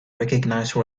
recognize